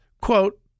Quote